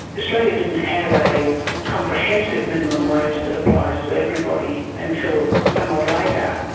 australia didn't have a comprehensive minimum wage that applies to everybody until somewhat later,